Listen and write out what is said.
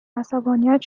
عصبانیت